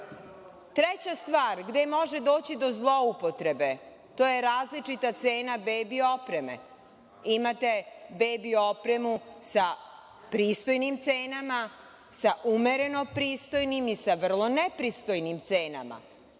stvar gde može doći do zloupotrebe je različita cena bebi opreme. Imate bebi opremu sa pristojnim cenama, sa umereno pristojnim i sa vrlo nepristojnim cenama.